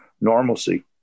normalcy